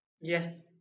Yes